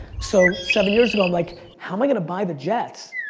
so seven years ago, i'm like, how am i gonna buy the jets?